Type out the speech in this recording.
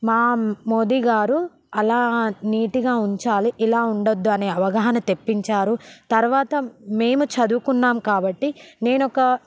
మా మోదీగారు అలా నీట్గా ఉంచాలి ఇలా ఉండద్దు అనే అవగాహన తెప్పించారు తరవాత మేము చదువుకున్నాం కాబట్టి నేనొక